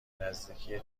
نزدیکی